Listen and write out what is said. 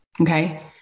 Okay